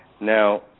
Now